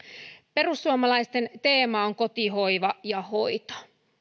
perussuomalaisten teema on koti hoiva ja hoito